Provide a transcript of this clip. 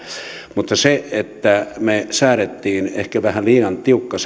mutta se että me säädimme ehkä vähän liian tiukan